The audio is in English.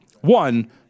one